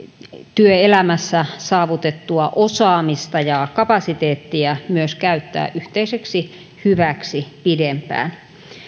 työelämässä saavutettua osaamista ja kapasiteettia myös käyttää yhteiseksi hyväksi pidempään